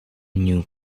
new